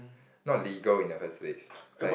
not legal in the first place like